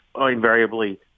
invariably